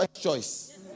choice